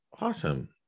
awesome